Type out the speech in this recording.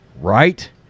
right